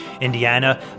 Indiana